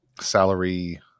salary